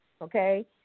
okay